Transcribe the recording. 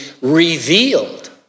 revealed